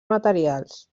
materials